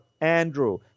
Andrew